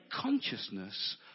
consciousness